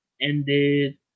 ended